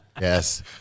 yes